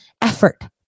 effort